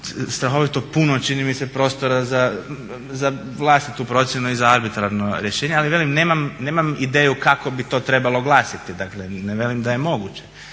strahovito puno čini mi se prostora za vlastitu procjenu i za arbitrarno rješenje. Ali velim nemam ideju kako bi to trebalo glasiti. Dakle, ne velim da je moguće,